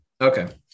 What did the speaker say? okay